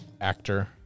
actor